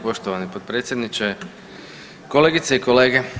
Poštovani potpredsjedniče, kolegice i kolege.